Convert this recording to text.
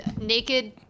Naked